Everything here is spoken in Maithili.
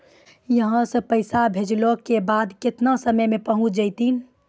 यहां सा पैसा भेजलो के बाद केतना समय मे पहुंच जैतीन?